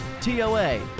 toa